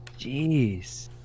jeez